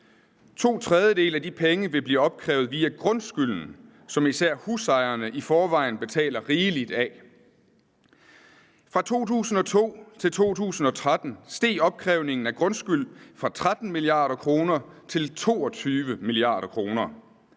To tredjedele af de penge vil blive opkrævet via grundskylden, som især husejerne i forvejen betaler rigeligt af. Fra 2002 til 2013 steg opkrævningen af grundskyld fra 13 mia. kr. til 22 mia. kr.;